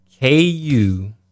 KU